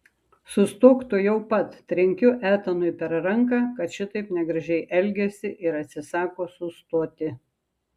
sustok tuojau pat trenkiu etanui per ranką kad šitaip negražiai elgiasi ir atsisako sustoti